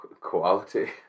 quality